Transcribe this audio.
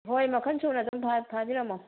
ꯍꯣꯏ ꯃꯈꯜ ꯁꯨꯅ ꯑꯗꯨꯝ ꯐꯥꯕꯤꯔꯝꯃꯣ